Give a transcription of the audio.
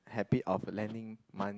habit of lending money